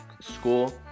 school